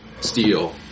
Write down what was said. steel